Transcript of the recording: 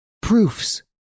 Proofs